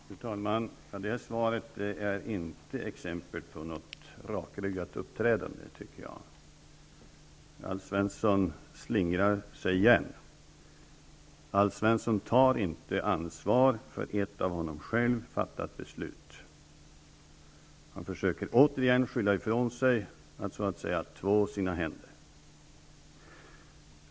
Fru talman! Detta svar är inte exempel på ett rakryggat uppträdande. Alf Svensson slingrar sig igen. Alf Svensson tar inte ansvar för ett av honom själv fattat beslut. Han försöker återigen skylla ifrån sig, att så att säga två sina händer.